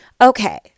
Okay